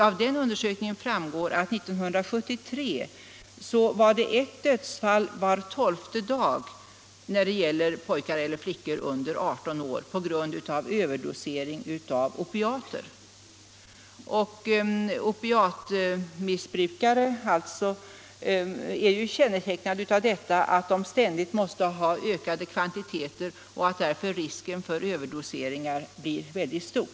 Av den undersökningen framgår att 1973 inträffade ett dödsfall var tolfte dag på grund av överdosering av opiater bland pojkar eller flickor under 18 år. Opiatmissbrukare kännetecknas ju av att de ständigt måste ha ökade kvantiteter varför risken för överdosering blir mycket stor.